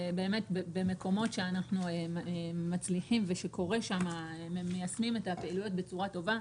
במקומות שאנחנו מצליחים ושמיישמים את הפעילויות בצורה טובה,